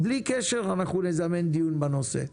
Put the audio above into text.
בלי קשר אנחנו נזמן דיון בנושא.